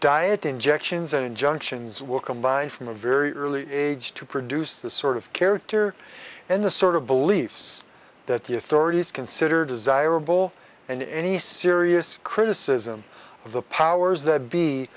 diet injections and injunctions were combined from a very early age to produce the sort of character and the sort of beliefs that the authorities consider desirable and any serious criticism of the powers that be